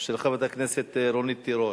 של חברת הכנסת רונית תירוש.